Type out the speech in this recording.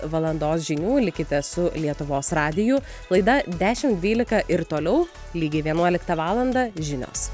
valandos žinių likite su lietuvos radiju laida dešimt dvylika ir toliau lygiai vienuoliktą valandą žinios